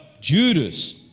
Judas